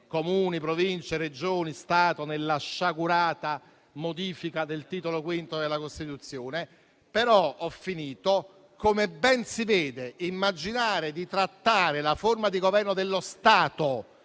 Comuni, Province, Regioni, Stato nella sciagurata modifica del Titolo V della Costituzione; però, come ben si vede, immaginare di trattare la forma di governo dello Stato